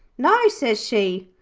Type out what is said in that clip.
no, says she.